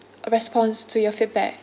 response to your feedback